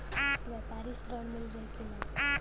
व्यापारी ऋण मिल जाई कि ना?